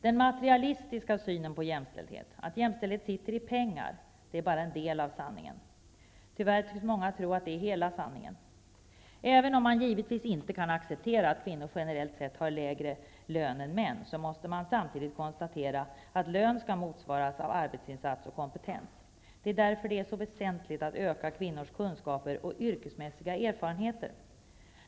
Den materialistiska synen på jämställdhet -- att jämställdhet sitter i pengar -- är bara en del av sanningen. Tyvärr tycks många tro att det är hela sanningen. Även om man givetvis inte kan acceptera att kvinnor generellt har lägre lön än män måste man samtidigt konstatera att lön skall motsvaras av arbetsinsats och kompetens. Det är därför det är så väsentligt att öka kvinnors kunskaper och yrkesmässiga erfarenheter.